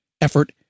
effort